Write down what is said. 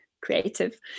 creative